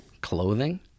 Clothing